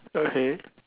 okay